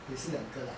也是两个 lah